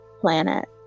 planet